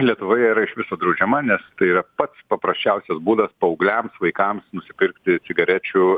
lietuvoje yra iš viso draudžiama nes tai yra pats paprasčiausias būdas paaugliams vaikams nusipirkti cigarečių